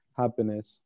happiness